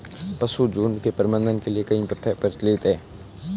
पशुझुण्ड के प्रबंधन के लिए कई प्रथाएं प्रचलित हैं